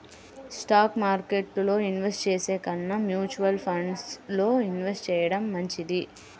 stock మార్కెట్టులో invest చేసే కన్నా మ్యూచువల్ ఫండ్స్ లో ఇన్వెస్ట్ చెయ్యడం మంచిది